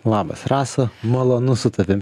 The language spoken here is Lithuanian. labas rasa malonu su tavim